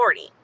40